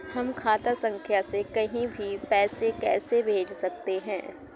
हम खाता संख्या से कहीं भी पैसे कैसे भेज सकते हैं?